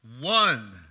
one